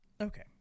Okay